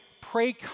pray